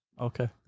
Okay